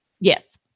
Yes